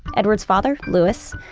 edward's father, louis,